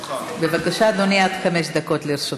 בבקשה, אדוני, עד חמש דקות לרשותך.